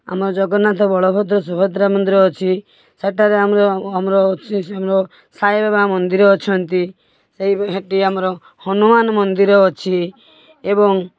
ଆମ ଜଗନ୍ନାଥ ବଳଭଦ୍ର ସୁଭଦ୍ରା ମନ୍ଦିର ଅଛି ସେଠାରେ ଆମର ଓ ଆମର ଅଛି ସେ ଆମର ସାଇ ବାବା ମନ୍ଦିର ଅଛନ୍ତି ସେଇ ସେଇଠି ଆମର ହନୁମାନ ମନ୍ଦିର ଅଛି ଏବଂ